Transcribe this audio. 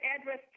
address